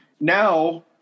now